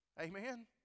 Amen